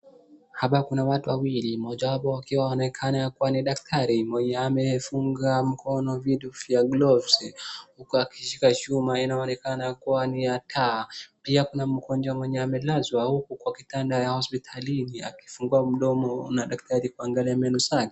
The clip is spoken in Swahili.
Hapa kuna watu wawili, mmoja wapo akionekana kuwa ni daktari. Mwenye amefunga mkono vitu vya gloves huku akishika chuma inaonekana kuwa ni ya taa. Pia kuna mgonjwa mwenye amelazwa huku kwa kitanda ya hospitalini akifungua mdomo na daktari kuangalia meno zake.